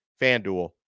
FanDuel